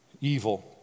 evil